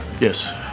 Yes